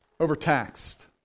Overtaxed